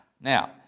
Now